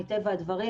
מטבע הדברים,